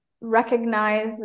recognize